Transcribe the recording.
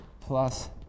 plus